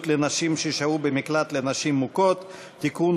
לנשים ששהו במקלט לנשים מוכות) (תיקון,